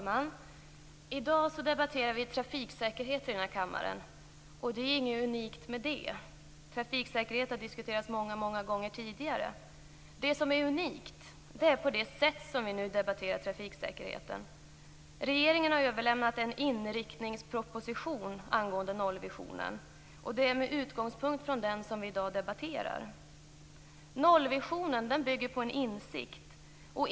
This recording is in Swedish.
Fru talman! I dag debatterar vi trafiksäkerhet här i kammaren. Det är inte något unikt med det. Trafiksäkerhet har diskuterats många gånger tidigare. Det som är unikt är sättet vi debatterar trafiksäkerheten på. Regeringen har överlämnat en inriktningsproposition angående nollvisionen. Det är med utgångspunkt i den vi i dag debatterar. Nollvisionen bygger på en insikt.